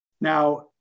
Now